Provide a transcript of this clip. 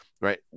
right